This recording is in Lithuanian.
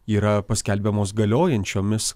yra paskelbiamos galiojančiomis